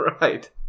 Right